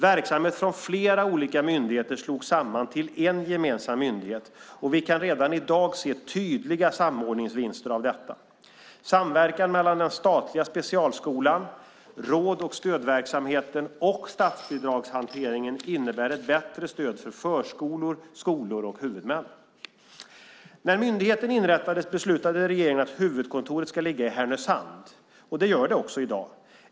Verksamhet från flera olika myndigheter slogs samman till en gemensam myndighet. Vi kan redan i dag se tydliga samordningsvinster av detta. Samverkan mellan den statliga specialskolan, råd och stödverksamheten och statsbidragshanteringen innebär ett bättre stöd för förskolor, skolor och huvudmän. När myndigheten inrättades beslutade regeringen att huvudkontoret skulle ligga i Härnösand. Det gör det också i dag.